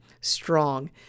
strong